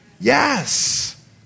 yes